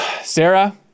Sarah